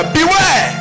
Beware